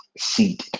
seed